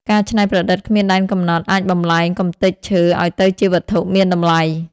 ការច្នៃប្រឌិតគ្មានដែនកំណត់អាចបំប្លែងកម្ទេចឈើឱ្យទៅជាវត្ថុមានតម្លៃ។